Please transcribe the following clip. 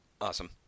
Awesome